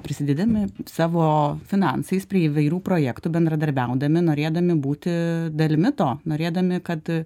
prisidėdami savo finansais prie įvairių projektų bendradarbiaudami norėdami būti dalimi to norėdami kad